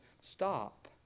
stop